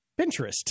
Pinterest